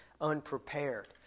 unprepared